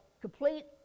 complete